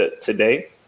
today